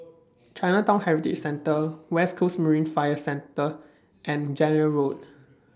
Chinatown Heritage Centre West Coast Marine Fire Station and Zehnder Road